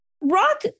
Rock